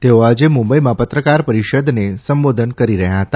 તેઓ આજે મુંબઇમાં પત્રકાર પરિષદને સંબોધન કરી રહ્યા હતા